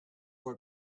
for